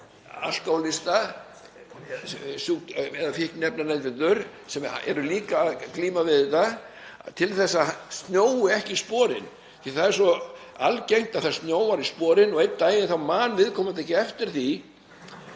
alkóhólista eða fíkniefnaneytendur, sem eru líka að glíma við þetta, til þess að það snjói ekki í sporin, því að það er svo algengt að það snjói í sporin og einn daginn man viðkomandi ekki eftir því